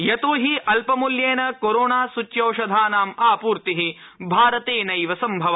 यतोहि अल्पमूल्ये कोरोणा सूच्यौषधानां आपूर्तिः भारतेनैव सम्भवा